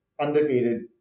undefeated